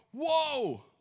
whoa